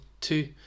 two